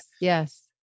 yes